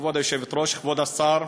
כבוד היושבת-ראש, כבוד השר,